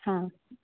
हा